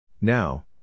Now